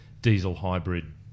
diesel-hybrid